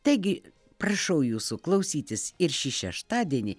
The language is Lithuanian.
taigi prašau jūsų klausytis ir šį šeštadienį